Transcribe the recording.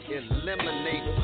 eliminate